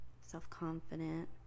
Self-confident